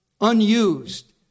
unused